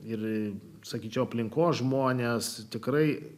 ir sakyčiau aplinkos žmonės tikrai